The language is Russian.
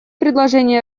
предложения